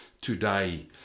today